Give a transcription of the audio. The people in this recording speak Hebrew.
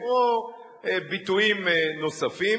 או ביטויים נוספים.